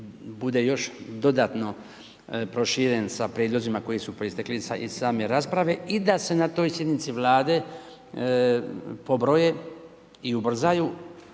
bude još dodatno proširen sa prijedlozima koji su proistekli iz same rasprave i da se na toj sjednici vlade, pobroje i ubrzaju